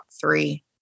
three